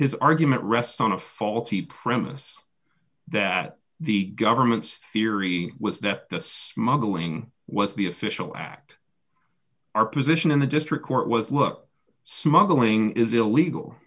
his argument rests on a faulty premise that the government's theory was that the smuggling was the official act our position in the district court was look smuggling is illegal